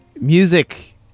music